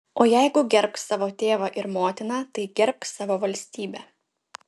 o jeigu gerbk savo tėvą ir motiną tai gerbk savo valstybę